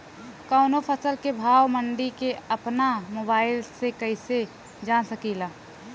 कवनो फसल के भाव मंडी के अपना मोबाइल से कइसे जान सकीला?